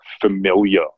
familiar